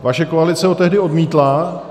Vaše koalice ho tehdy odmítla.